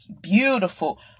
beautiful